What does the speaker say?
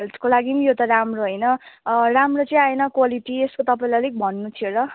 हेल्थको लागि पनि यो त राम्रो होइन राम्रो चाहिँ आएन क्वालिटी यस्को तपाईँलाई अलिक भन्नु थियो र